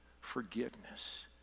forgiveness